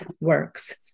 works